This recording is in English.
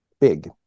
big